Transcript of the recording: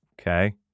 Okay